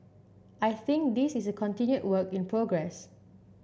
I think this is a continued work in progress